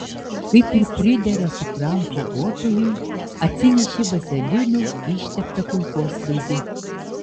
kaip ir pridera tikram kovotojui atsinešė vazelinu išteptą kulkosvaidį